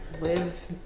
live